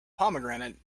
pomegranate